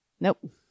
Nope